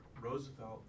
Roosevelt